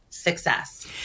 Success